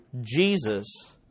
Jesus